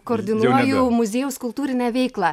koordinuoju muziejaus kultūrinę veiklą